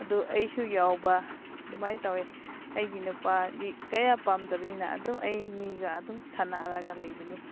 ꯑꯗꯨ ꯑꯩꯁꯨ ꯌꯥꯎꯕ ꯑꯗꯨꯃꯥꯏꯅ ꯇꯧꯏ ꯑꯩꯒꯤ ꯅꯨꯄꯥꯗꯤ ꯀꯌꯥ ꯄꯥꯝꯗꯕꯅꯤꯅ ꯑꯗꯨꯝ ꯑꯩ ꯃꯤꯒ ꯑꯗꯨꯝ ꯁꯥꯟꯅꯔꯒ ꯂꯩꯕꯅꯤ